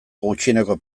gutxieneko